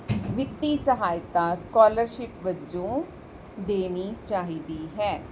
ਵਿੱਤੀ ਸਹਾਇਤਾ ਸਕਾਲਰਸ਼ਿਪ ਵਜੋਂ ਦੇਣੀ ਚਾਹੀਦੀ ਹੈ